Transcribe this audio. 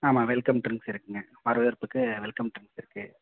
ஆமாம் welcome drinks இருக்குதுங்க வரவேற்புக்கு வெல்கம் ட்ரிங்க்ஸ் இருக்குது